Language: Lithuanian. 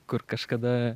kur kažkada